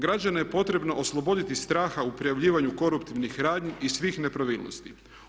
Građane je potrebno osloboditi straha u prijavljivanju koruptivnih radnji i svih nepravilnosti.